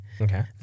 Okay